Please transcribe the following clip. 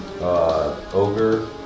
ogre